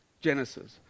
Genesis